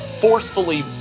forcefully